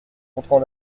montrant